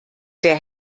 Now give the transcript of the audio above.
der